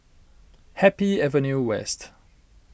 Happy Avenue West